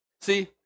See